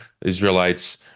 Israelites